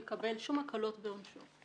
יקבל הקלות בעונשו.